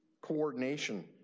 coordination